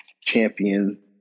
champion